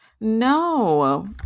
no